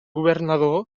governador